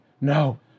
no